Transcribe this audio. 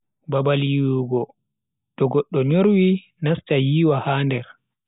Babal yiwugo, to goddo nyorwi, nasta yiwa ha nder.